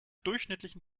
durchschnittlichen